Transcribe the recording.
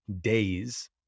days